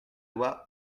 loi